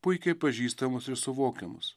puikiai pažįstamus ir suvokiamus